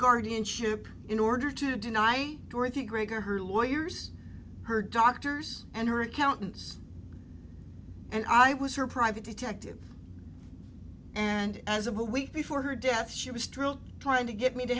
guardianship in order to deny dorothy gregory her lawyers her doctors and her accountants and i was her private detective and as of a week before her death she was drilled trying to get me to